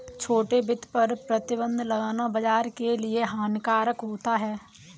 छोटे वित्त पर प्रतिबन्ध लगाना बाज़ार के लिए हानिकारक होता है